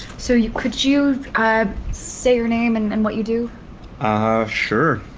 so you could you say your name and and what you do. i'm sure.